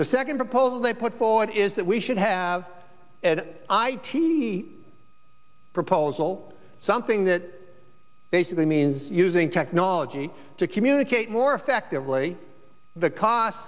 the second proposal they put forward is that we should have an i t proposal something that basically means using technology to communicate more effectively the cost